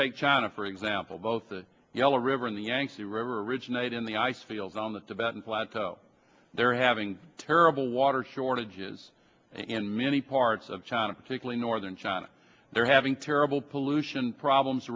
take china for example both the yellow river in the yangtze river originate in the ice fields on the tibetan plateau they're having terrible water shortages in many parts of china particularly northern china they're having terrible pollution problems